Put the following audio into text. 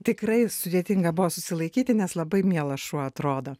tikrai sudėtinga buvo susilaikyti nes labai mielas šuo atrodo